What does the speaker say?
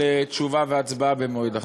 תשובה והצבעה במועד אחר.